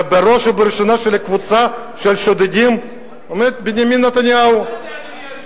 ובראש הקבוצה של השודדים עומד בנימין נתניהו.